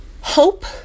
Hope